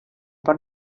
per